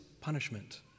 punishment